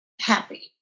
happy